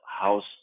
house